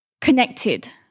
connected